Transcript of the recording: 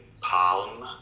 palm